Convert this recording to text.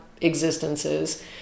existences